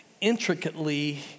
intricately